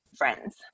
friends